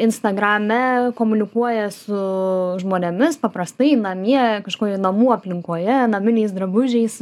instagrame komunikuoja su žmonėmis paprastai namie kažkokioj namų aplinkoje naminiais drabužiais